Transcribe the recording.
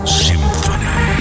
symphony